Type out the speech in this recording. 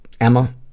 Emma